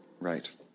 Right